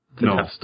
no